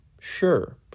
Sure